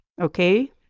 Okay